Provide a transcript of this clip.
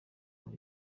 muri